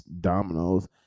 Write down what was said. dominoes